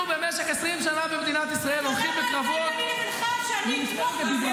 שנה וחצי בזבזתם --- אנחנו במשך 20 שנה במדינת ישראל